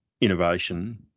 innovation